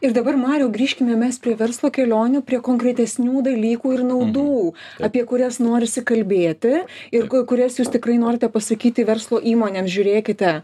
ir dabar mariau grįžkime prie verslo kelionių prie konkretesnių dalykų ir naudų apie kurias norisi kalbėti ir ku kurias jūs tikrai norite pasakyti verslo įmonėms žiūrėkite